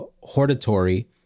hortatory